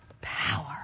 power